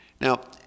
Now